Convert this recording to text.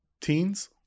teens